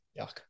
Yuck